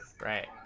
Right